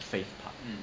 the faith part